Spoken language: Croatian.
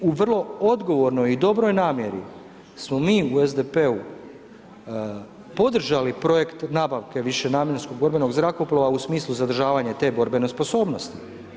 U vrlo odgovornoj i dobroj namjeri smo mi u SDP-u podržali projekt nabavke višenamjenskog borbenog zrakoplova u smislu zadržavanja te borbene sposobnosti.